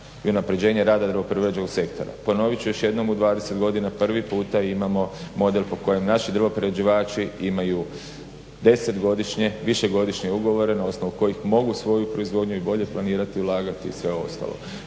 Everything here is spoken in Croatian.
i unapređenje rada drvoprerađivačkog sektora. Ponovit ću još jednom, u 20 godina prvi puta imamo model po kojem naši drvoprerađivači imaju 10-godišnje, višegodišnje ugovore na osnovu kojih mogu svoju proizvodnju i bolje planirati, ulagati i sve ostalo.